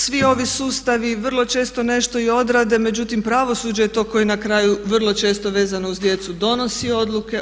Svi ovi sustavi vrlo često nešto i odrade, međutim pravosuđe je to koje na kraju vrlo često vezano uz djecu donosi odluke.